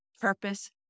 purpose